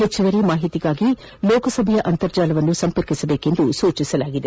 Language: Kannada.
ಹೆಚ್ಚುವರಿ ಮಾಹಿತಿಗಾಗಿ ಲೋಕಸಭಾ ಅಂತರ್ಜಾಲವನ್ನು ಸಂಪರ್ಕಿಸಲು ಸೂಚಿಸಿದೆ